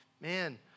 man